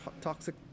toxic